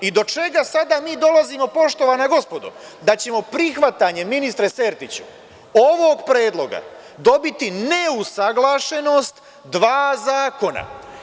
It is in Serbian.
I do čega mi sada dolazimo, poštovana gospodo, da ćemo prihvatanjem ministre Sertiću, ovog predloga dobiti neusaglašenost dva zakona.